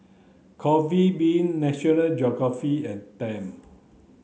Coffee Bean National Geographic and Tempt